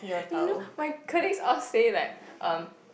you know my colleagues all say like um